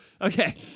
Okay